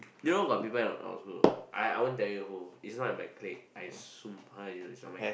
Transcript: you know got people in our school I I won't tell you who it's not in our clique I soon is not in our clique